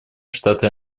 штаты